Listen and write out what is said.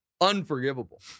unforgivable